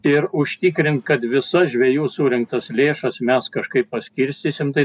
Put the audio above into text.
ir užtikrint kad visas žvejų surinktas lėšas mes kažkaip paskirstysim tai